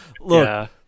Look